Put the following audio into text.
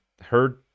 heard